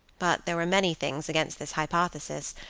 but there were many things against this hypothesis,